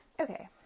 Okay